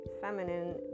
feminine